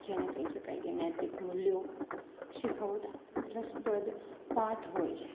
જેને કહી શકાય કે નૈતિક મૂલ્યો શીખવતા રસપ્રદ પાઠ હોય છે